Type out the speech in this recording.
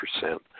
percent